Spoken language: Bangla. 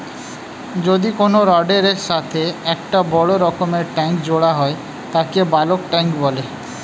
যদি কোনো রডের এর সাথে একটা বড় রকমের ট্যাংক জোড়া হয় তাকে বালক ট্যাঁক বলে